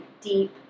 deep